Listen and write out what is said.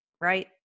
right